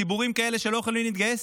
ציבורים כאלה שלא יכולים להתגייס,